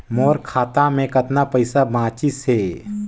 मोर खाता मे कतना पइसा बाचिस हे?